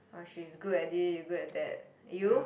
oh she's good at it good at that you